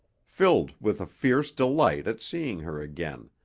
filled with a fierce delight at seeing her again,